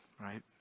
right